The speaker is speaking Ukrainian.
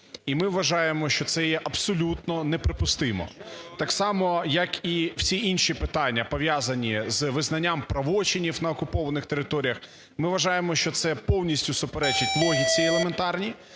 І, ми вважаємо, що це є абсолютно неприпустимо так само, як і всі інші питання пов'язані з визнанням правочинів на окупованих територіях. Ми вважаємо, що це повністю суперечить логіці елементарній,